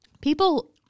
People